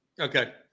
Okay